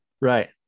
Right